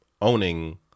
owning